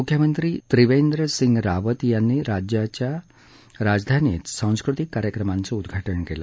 मुख्यमंत्री त्रिवेंद्र सिंग रावत यांनी राज्याच्या राजधानीत सांस्कृतिक कार्यक्रमांचं उद्घाटन केलं